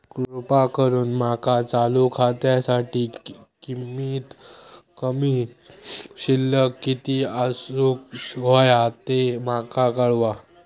कृपा करून माका चालू खात्यासाठी कमित कमी शिल्लक किती असूक होया ते माका कळवा